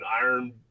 Iron